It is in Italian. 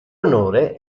onore